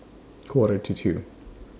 Quarter to two